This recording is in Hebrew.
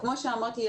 כמו שאמרתי,